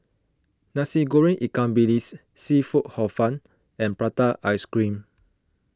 Nasi Goreng Ikan Bilis Seafood Hor Fun and Prata Ice Cream